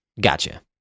Gotcha